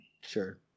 Sure